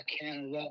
canada